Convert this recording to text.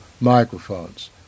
microphones